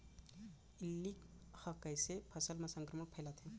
इल्ली ह कइसे फसल म संक्रमण फइलाथे?